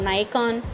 Nikon